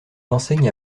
enseigne